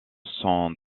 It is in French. sont